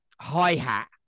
hi-hat